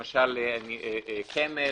למשל, קאמל